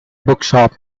bookshop